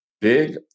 Big